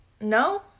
No